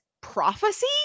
prophecy